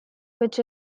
which